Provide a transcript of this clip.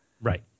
Right